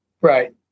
Right